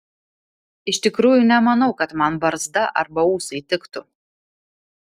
iš tikrųjų nemanau kad man barzda arba ūsai tiktų